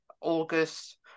august